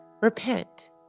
Repent